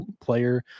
player